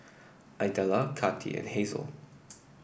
Idella Kati and Hazle